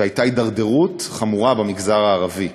והייתה הידרדרות חמורה במגזר הערבי.